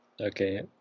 Okay